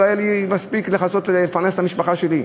לא היה לי מספיק לפרנס את המשפחה שלי.